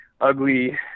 ugly